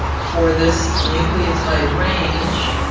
for this nucleotide range,